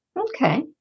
Okay